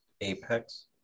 Apex